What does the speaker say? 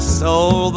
soul